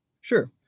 Sure